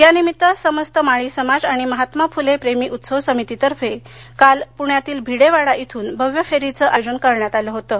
यानिमित्त समस्त माळी समाज आणि महात्मा फुले प्रेमी उत्सव समितीर्फे काल पूण्यातील भिडे वाडा इथून भव्य फेरीचं आयोजन करण्यात आलं होतं